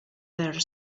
their